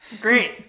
Great